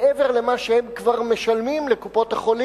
מעבר למה שהם כבר משלמים לקופות-החולים,